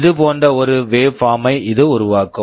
இது போன்ற ஒரு வேவ்பார்ம் waveform ஐ இது உருவாக்கும்